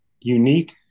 unique